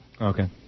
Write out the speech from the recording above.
Okay